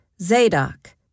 Zadok